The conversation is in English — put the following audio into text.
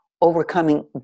overcoming